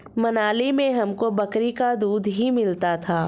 मनाली में हमको बकरी का दूध ही मिलता था